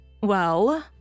Well